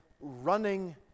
running